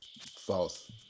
False